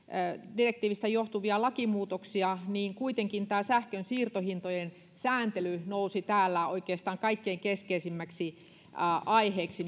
direktiivistä johtuvia lakimuutoksia niin kuitenkin tämä sähkön siirtohintojen sääntely nousi täällä oikeastaan kaikkein keskeisimmäksi aiheeksi